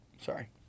sorry